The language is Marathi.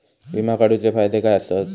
विमा काढूचे फायदे काय आसत?